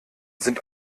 sind